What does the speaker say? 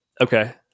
Okay